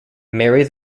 mary